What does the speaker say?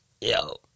yo